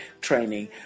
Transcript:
training